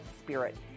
spirit